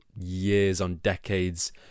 years-on-decades